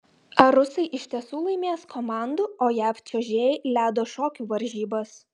ar rusai iš tiesų laimės komandų o jav čiuožėjai ledo šokių varžybas